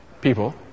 people